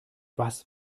was